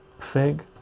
fig